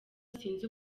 sinzi